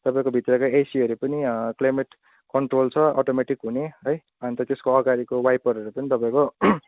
तपाईँको भित्रको एसीहरू पनि क्लाइमेट कन्ट्रोल छ अटोमेटिक हुने है अन्त त्यसको अगाडिको वाइपरहरू पनि तपाईँको